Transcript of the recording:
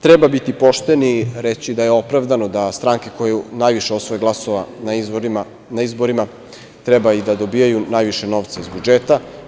Treba biti pošten i reći da je opravdano da stranke koje najviše osvoje glasova na izborima treba i da dobiju najviše novca iz budžeta.